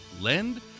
Lend